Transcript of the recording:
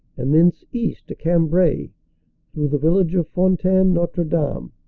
and thence east to cambrai through the village of fontaine-notre-dame,